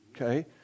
Okay